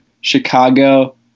Chicago